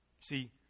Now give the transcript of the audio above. See